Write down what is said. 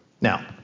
Now